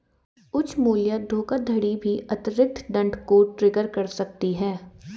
उच्च मूल्य धोखाधड़ी भी अतिरिक्त दंड को ट्रिगर कर सकती है